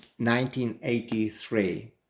1983